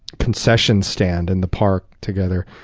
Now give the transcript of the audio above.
concession stand in the park together.